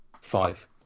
five